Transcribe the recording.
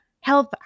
health